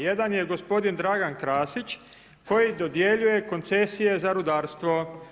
Jedan je gospodin Dragan Krasić, koji je dodjeljuje koncesije za rudarstvo.